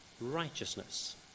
righteousness